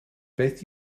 beth